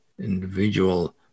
individual